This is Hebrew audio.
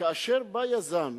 כאשר בא יזם